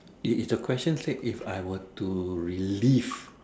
did did the question said if I were to relive